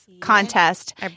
contest